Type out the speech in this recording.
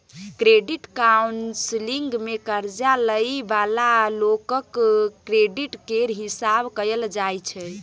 credit counselling मे कर्जा लइ बला लोकक क्रेडिट केर हिसाब कएल जाइ छै